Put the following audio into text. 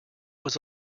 was